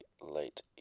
late